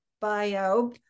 bio